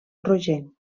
rogenc